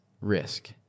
risk